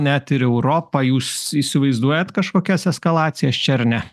net ir europa jūs įsivaizduojat kažkokias eskalacijas čia ar ne